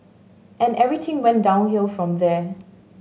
and everything went downhill from there